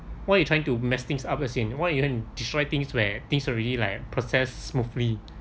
why you trying to mess things up as in why you wanna destroy things were things were already like processed smoothly